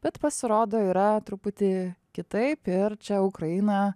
bet pasirodo yra truputį kitaip ir čia ukraina